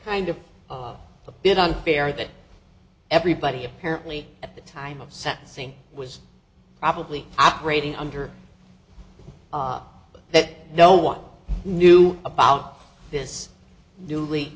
kind of a bit unfair that everybody apparently at the time of sentencing was probably operating under that no one knew about this newly